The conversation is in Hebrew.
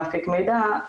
להפיק מידע,